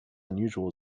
unusual